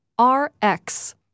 Rx